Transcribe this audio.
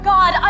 God